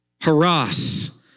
Harass